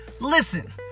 Listen